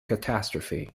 catastrophe